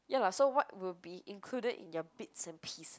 ya lah so what would be included in your bits and piece ah